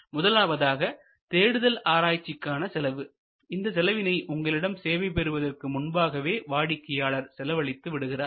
முதலாவதாக தேடுதல் ஆராய்ச்சிக்கான செலவு இந்த செலவினை உங்களிடம் சேவை பெறுவதற்கு முன்பாகவே வாடிக்கையாளர் செலவழித்து விடுகிறார்